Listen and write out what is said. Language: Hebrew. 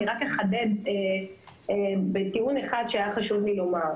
אני רק אחדד טיעון אחד שהיה חשוב לי לומר.